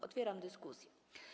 Otwieram dyskusję.